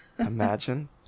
Imagine